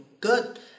good